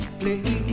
play